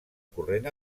corrent